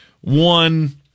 one